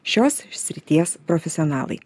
šios srities profesionalai